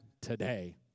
today